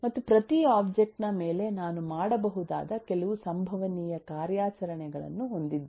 ಮತ್ತು ಪ್ರತಿ ಒಬ್ಜೆಕ್ಟ್ ನ ಮೇಲೆ ನಾನು ಮಾಡಬಹುದಾದ ಕೆಲವು ಸಂಭವನೀಯ ಕಾರ್ಯಾಚರಣೆಗಳನ್ನು ಹೊಂದಿದ್ದೇನೆ